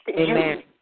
Amen